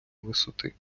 висоти